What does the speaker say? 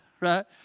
right